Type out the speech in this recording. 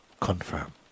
Confirm